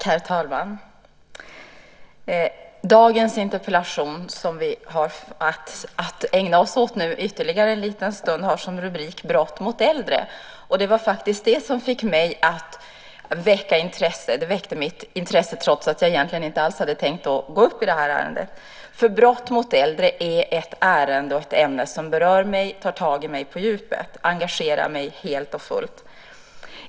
Herr talman! Dagens interpellation som vi har att ägna oss åt ytterligare en liten stund har som rubrik Brott mot äldre. Det var faktiskt det som väckte mitt intresse trots att jag egentligen inte alls hade tänkt att gå upp i det här ärendet. Brott mot äldre är ett ämne som berör mig och tar tag i mig på djupet. Det engagerar mig helt och fullt.